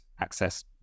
access